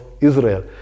Israel